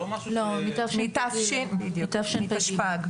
משנת תשפ"ג.